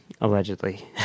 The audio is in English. Allegedly